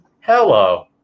Hello